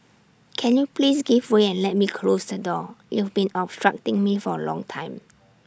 can you please give way and let me close the door you've been obstructing me for A long time